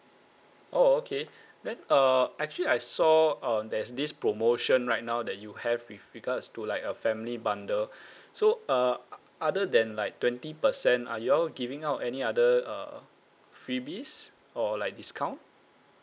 oh okay then uh actually I saw uh there's this promotion right now that you have with regards to like a family bundle so uh other than like twenty percent are you all giving out any other uh freebies or like discount